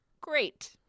great